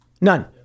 none